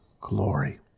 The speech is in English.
glory